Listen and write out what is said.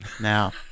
now